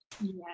Yes